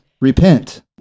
Repent